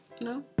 No